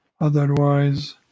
Otherwise